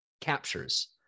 captures